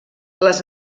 les